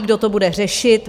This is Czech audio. Kdo to bude řešit?